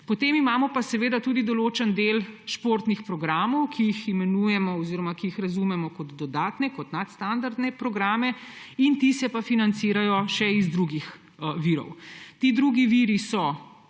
Potem imamo pa tudi določen del športnih programov, ki jih razumemo kot dodatne, kot nadstandardne programe, ti se pa financirajo še iz drugih virov. Ti drugi viri so